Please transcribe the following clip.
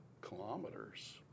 kilometers